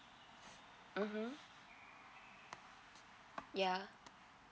mmhmm ya